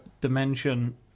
dimension